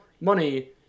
money